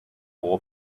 four